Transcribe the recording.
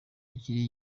akiri